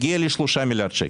הגיע ל-3 מיליארד שקל,